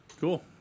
cool